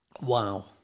Wow